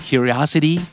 Curiosity